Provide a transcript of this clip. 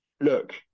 Look